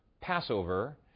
Passover